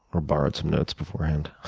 or borrowed some notes beforehand